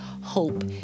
hope